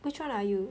which one are you